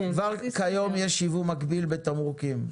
כבר כיום יש ייבוא מקביל בתמרוקים.